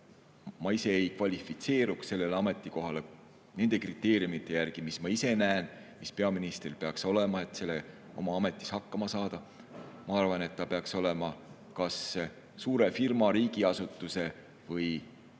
ma ise ei kvalifitseeruks sellele ametikohale nende kriteeriumide järgi, mida ma ise näen, et peaminister peaks [täitma], et oma ametis hakkama saada. Ma arvan, et ta peaks olema olnud kas suure firma, riigiasutuse või